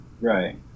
Right